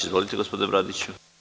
Izvolite, gospodine Bradiću.